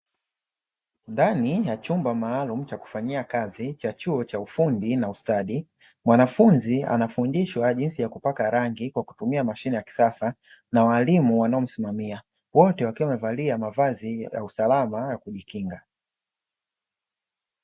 Ndani ya chumba maalumu cha kufanyia kazi cha chuo cha ufundi na ustadi, mwanafunzi anafundishwa jinsi ya kupaka rangi kwa kutumia mashine ya kisasa na walimu wanaomsimamia. Wote wakiwa wamevalia mavazi ya usalama ya kujikinga.